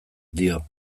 dio